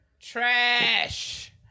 Trash